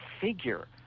figure